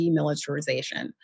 Demilitarization